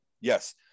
Yes